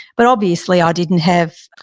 but obviously, i didn't have,